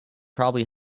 probably